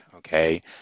Okay